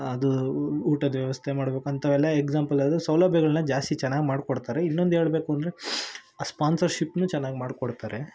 ಅದು ಊಟದ ವ್ಯವಸ್ಥೆ ಮಾಡ್ಬೇಕು ಅಂಥವೆಲ್ಲ ಎಕ್ಸಾಂಪಲ್ ಅದು ಸೌಲಭ್ಯಗಳನ್ನ ಜಾಸ್ತಿ ಚೆನ್ನಾಗಿ ಮಾಡಿಕೊಡ್ತಾರೆ ಇನ್ನೊಂದು ಹೇಳ್ಬೇಕು ಅಂದರೆ ಆ ಸ್ಪಾನ್ಸರ್ಶಿಪ್ಪನ್ನೂ ಚೆನ್ನಾಗಿ ಮಾಡಿಕೊಡ್ತಾರೆ